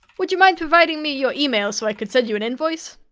would you mind providing me your email so i can send you an invoice.